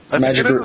Magic